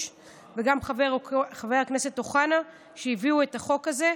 וגם לחבר הכנסת אוחנה על זה שהביאו את החוק הזה,